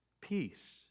Peace